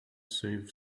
saved